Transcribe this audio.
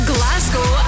Glasgow